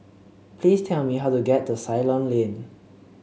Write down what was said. please tell me how to get to Ceylon Lane